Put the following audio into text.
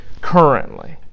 currently